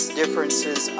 differences